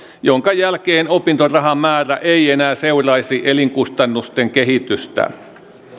minkä jälkeen opintorahan määrä ei enää seuraisi elinkustannusten kehitystä